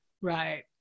Right